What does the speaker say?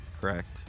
correct